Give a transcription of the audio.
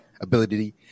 ability